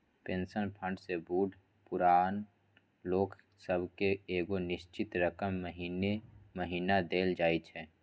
pension fund सँ बूढ़ पुरान लोक सब केँ एगो निश्चित रकम महीने महीना देल जाइ छै